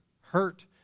hurt